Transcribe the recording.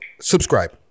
subscribe